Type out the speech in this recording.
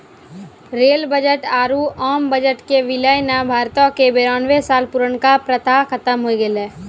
rail budget आरु आम budget के विलय ने भारतो के बेरानवे साल पुरानका प्रथा खत्म होय गेलै